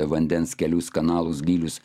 vandens kelius kanalus gylius